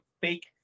fake